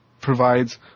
provides